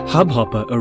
Hubhopper